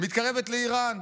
מתקרבת לאיראן.